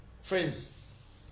Friends